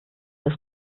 dass